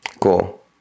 Cool